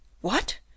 What